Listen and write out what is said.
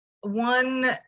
one